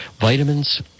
Vitamins